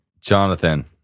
Jonathan